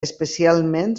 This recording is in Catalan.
especialment